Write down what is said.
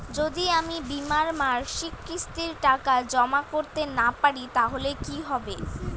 যদি আমি বীমার মাসিক কিস্তির টাকা জমা করতে না পারি তাহলে কি হবে?